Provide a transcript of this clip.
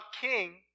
king